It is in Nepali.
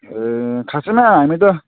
ए खासमा हामी त